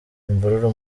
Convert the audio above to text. imvururu